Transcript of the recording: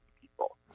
people